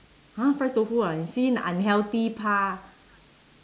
!huh! fried tofu ah see unhealthy pa